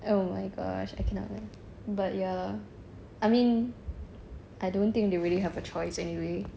oh my gosh I cannot but ya I mean I don't think they really have a choice anyway